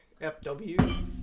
FW